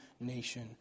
nation